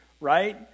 right